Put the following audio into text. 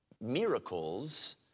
miracles